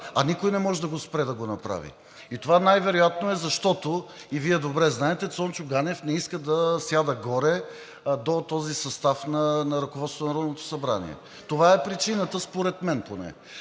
а никой не може да го спре да го направи. И това най-вероятно е, защото и Вие добре знаете, Цончо Ганев не иска да сяда горе до този състав на ръководство на Народното събрание. Това е причината според мен поне,